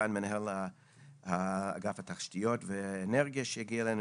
סגן מנהל אגף התשתיות והאנרגיה שהגיע אלינו,